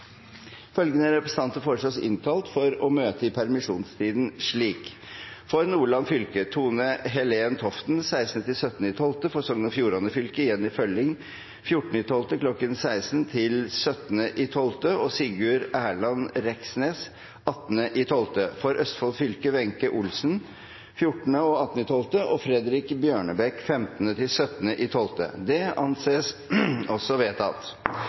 Følgende vararepresentanter innkalles for å møte i permisjonstiden: For Nordland fylke: Tone-Helen Toften 16. til 17. desember For Sogn og Fjordane fylke: Jenny Følling 14. desember kl. 16.00 til 17. desember og Sigurd Erlend Reksnes 18. desember For Østfold fylke: Wenche Olsen 14. og 18. desember og Fredrik Bjørnebekk 15. til